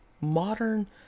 modern